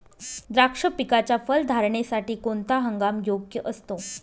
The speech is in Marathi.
द्राक्ष पिकाच्या फलधारणेसाठी कोणता हंगाम योग्य असतो?